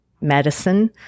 medicine